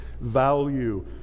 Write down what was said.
value